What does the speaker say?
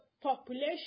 population